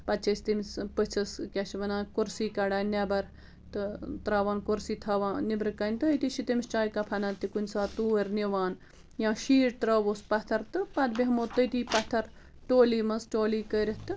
پتہٕ چھِ أسۍ تٔمِس پٔژھِس کیٛاہ چھِ وَنان کُرسی کَڑان نٮ۪بر تہٕ ترٛاوان کُرسی تھاوان نٮ۪برٕ کَنۍ تہٕ أتی چھِ تٔمِس چایہِ کپ اَنان تہِ کُنہِ سات توٗرۍ نِوان یا شیٖٹ ترٛاووس پتھر تہٕ پتہٕ بیٚہمو تٔتی پَتھر ٹولی منٛز ٹولی کٔرِتھ تہٕ